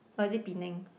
or is it Penang